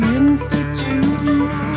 institute